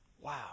Wow